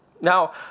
Now